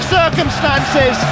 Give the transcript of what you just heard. circumstances